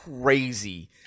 crazy